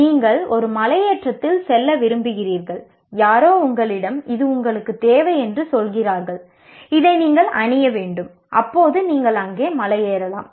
நான் ஒரு மலையேற்றத்தில் செல்ல விரும்புகிறேன் யாரோ உங்களிடம் இது உங்களுக்குத் தேவை என்று சொல்கிறார்கள் இதை நீங்கள் அணிய வேண்டும் உண்மையில் நீங்கள் அங்கே மலையேறலாம்